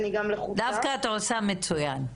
דווקא את עושה את זה מצוין.